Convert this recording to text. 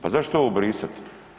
Pa zašto ovo brisat?